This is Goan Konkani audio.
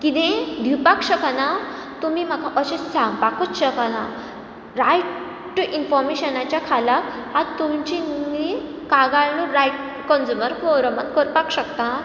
किदें दिवपाक शकना तुमी म्हाका अशें सांगपाकूच शकना रायट टू इनफोरमेशनाच्या खाला हांव तुमची न्ही कागाळ न्ही रायट कंन्ज्युमर फोरमान करपाक शकता